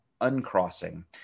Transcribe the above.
uncrossing